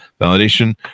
validation